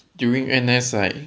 during N_S I